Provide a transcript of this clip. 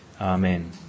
Amen